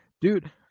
Dude